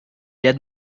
dead